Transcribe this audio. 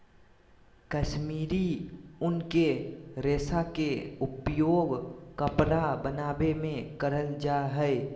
कश्मीरी उन के रेशा के उपयोग कपड़ा बनावे मे करल जा हय